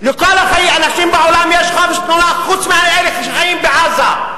לכל האנשים בעולם יש חופש תנועה חוץ מלאלה שחיים בעזה.